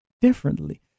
differently